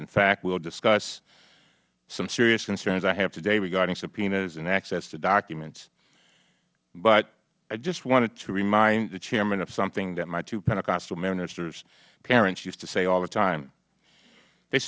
in fact we will discuss some serious concerns i have today regarding subpoenas and access to documents but i just wanted to remind the chairman of something that my two pentecostal minister parents used to say all the time they